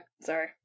Sorry